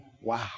wow